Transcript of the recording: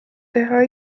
teha